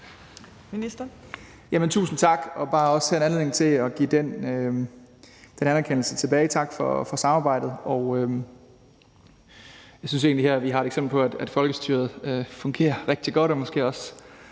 Tusind tak, og det her er også bare en anledning til at give den anerkendelse tilbage. Tak for samarbejdet, og jeg synes egentlig, at vi her har et eksempel på, at folkestyret fungerer rigtig godt